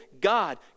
God